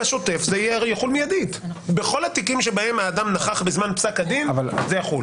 בשוטף זה יחול מיידית בכל התיקים שבהם האדם נכח בזמן פסק הדין זה יחול.